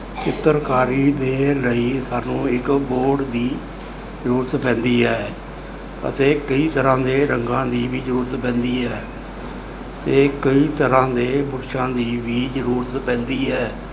ਚਿੱਤਰਕਾਰੀ ਦੇ ਲਈ ਸਾਨੂੰ ਇੱਕ ਬੋਰਡ ਦੀ ਜਰੂਰਤ ਪੈਂਦੀ ਹੈ ਅਤੇ ਕਈ ਤਰ੍ਹਾਂ ਦੇ ਰੰਗਾਂ ਦੀ ਵੀ ਜ਼ਰੂਰਤ ਪੈਂਦੀ ਹੈ ਤੇ ਕਈ ਤਰ੍ਹਾਂ ਦੇ ਬੁਰਸ਼ਾਂ ਦੀ ਵੀ ਜਰੂਰਤ ਪੈਂਦੀ ਹੈ